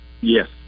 Yes